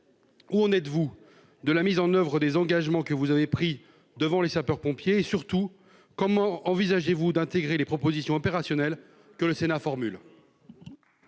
où en êtes-vous de la mise en oeuvre des engagements que vous avez pris devant les sapeurs-pompiers et, surtout, comment envisagez-vous d'intégrer les propositions opérationnelles que le Sénat formule ?